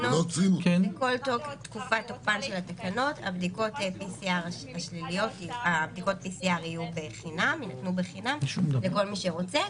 בכל תקופת תוקפן של התקנות בדיקות ה-PCR יינתנו בחינם לכל מי שרוצה.